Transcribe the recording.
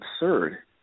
absurd